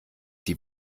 die